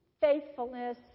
faithfulness